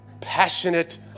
passionate